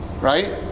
right